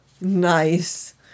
Nice